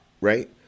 right